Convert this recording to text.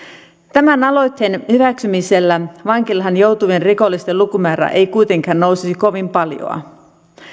tämän aloitteen hyväksymisellä vankilaan joutuvien rikollisten lukumäärä ei kuitenkaan nousisi kovin paljon